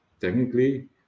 technically